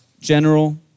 General